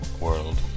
world